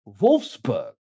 Wolfsburg